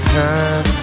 time